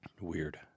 weird